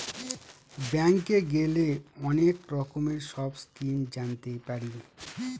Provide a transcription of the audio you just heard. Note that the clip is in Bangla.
ব্যাঙ্কে গেলে অনেক রকমের সব স্কিম জানতে পারি